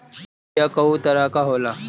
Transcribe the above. बीया कव तरह क होला?